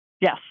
Yes